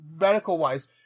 medical-wise